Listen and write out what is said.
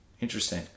Interesting